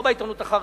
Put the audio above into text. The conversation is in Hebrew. לא בעיתונות החרדית,